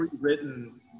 written